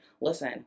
Listen